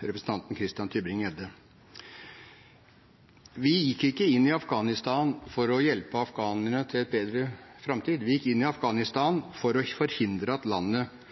representanten Christian Tybring-Gjedde. Vi gikk ikke inn i Afghanistan for å hjelpe afghanerne til en bedre framtid, vi gikk inn i Afghanistan for å forhindre at landet